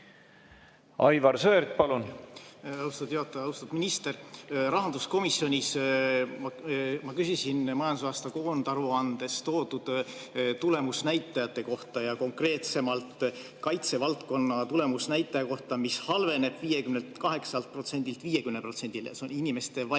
juhataja! Austatud minister! Rahanduskomisjonis ma küsisin majandusaasta koondaruandes toodud tulemusnäitajate kohta ja konkreetsemalt kaitsevaldkonna tulemusnäitaja kohta, mis halveneb 58%-lt 50%-le, see on inimeste valmisolek